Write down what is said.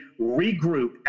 regroup